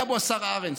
היה בו השר ארנס,